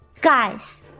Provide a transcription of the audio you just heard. Guys